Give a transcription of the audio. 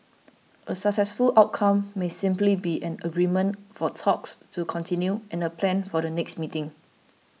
a successful outcome may simply be an agreement for talks to continue and a plan for the next meeting